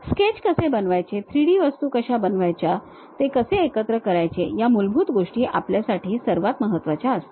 sketch कसे बनवायचे 3D वस्तू कशा बनवायच्या ते कसे एकत्र करायचे या मूलभूत गोष्टी आपल्यासाठी सर्वात महत्त्वाच्या असतील